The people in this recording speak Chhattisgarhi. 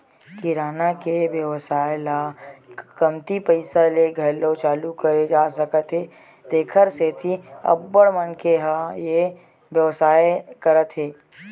किराना के बेवसाय ल कमती पइसा ले घलो चालू करे जा सकत हे तेखर सेती अब्बड़ मनखे ह ए बेवसाय करत हे